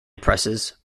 presses